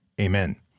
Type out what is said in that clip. Amen